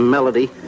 Melody